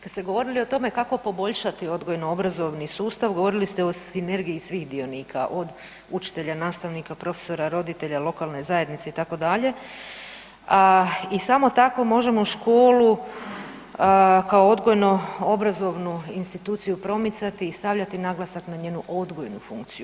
Kad ste govorili o tome kao poboljšati odgojno-obrazovni sustav, govorili ste o sinergiji svih dionika, od učitelja, nastavnika, profesora, roditelja, lokalne zajednice, itd., a i samo tako možemo školu kao odgojno-obrazovnu instituciju promicati i stavljati naglasak na njenu odgojnu funkciju.